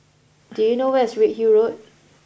do you know where is Redhill Road